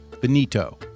Benito